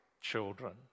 children